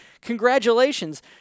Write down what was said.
Congratulations